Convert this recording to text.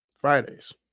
Fridays